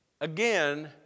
again